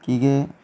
की के